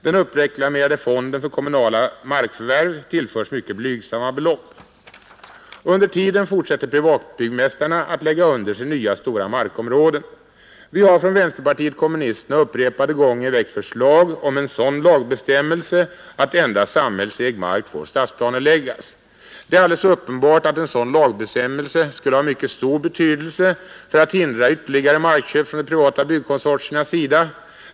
Den uppreklamerade fonden för kommunala markförvärv tillförs mycket blygsamma belopp. Under tiden fortsätter privatbyggmästarna att lägga under sig nya stora markområden. Vi har från vänsterpartiet kommunisterna upprepade gånger väckt förslag om en sådan lagbestämmelse att endast samhällsägd mark får stadsplaneläggas. Det är alldeles uppenbart att en sådan lagbestämmelse skulle ha mycket stor betydelse för att hindra ytterligare markköp från de privata byggkonsortiernas sida.